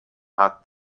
hat